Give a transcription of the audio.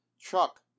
Chuck